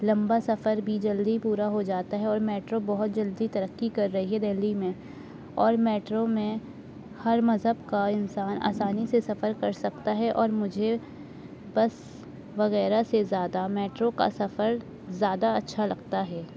سفر بھی جلدی پورا ہو جاتا ہے اور میٹرو بہت جلدی ترقی کر رہی ہے دہلی میں اور میٹرو میں ہر مذہب کا انسان آسانی سے سفر کر سکتا ہے اور مجھے بس وغیرہ سے زیادہ میٹرو کا سفر زیادہ اچھا لگتا ہے